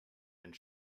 and